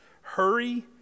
Hurry